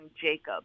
Jacob